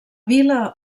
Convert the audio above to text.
vila